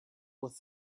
with